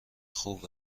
خوب